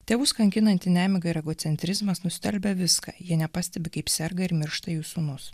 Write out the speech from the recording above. tėvus kankinanti nemiga ir egocentrizmas nustelbia viską jie nepastebi kaip serga ir miršta jų sūnus